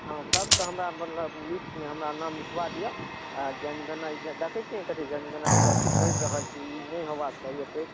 हॅं सबके हमरा मतलब लिस्टमे हमरा नाम लिखबा दिअ आ जनगणना देखै छियै ने कते जनगणना बला सरि रहल छै ई नहि हेबाक चाही एतेक